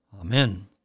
Amen